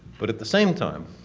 but at the same time,